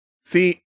See